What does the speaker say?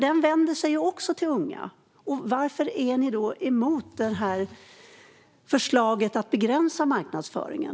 Den vänder sig nämligen också till unga. Varför är ni emot förslaget att begränsa marknadsföringen?